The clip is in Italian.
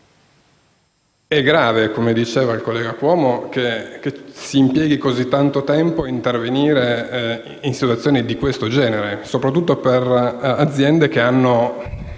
risultati. Come diceva il collega Cuomo, è grave che si impieghi così tanto tempo a intervenire in situazioni di questo genere, soprattutto per aziende che